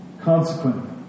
Consequently